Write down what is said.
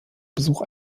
besuch